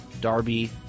Darby